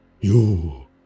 You